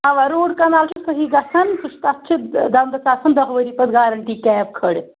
اَوَہ root canal چھُ صحیح گژھان سُہ چھِ تَتھ چھِ دَنٛدَس آسان دَہ ؤری پَتہٕ گارَنٹی کیپ کھٲلِتھ